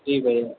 ठीक है जी